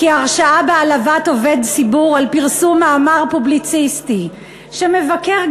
כי הרשעה בהעלבת עובד ציבור על פרסום מאמר פובליציסטי שמבקר,